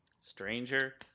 Stranger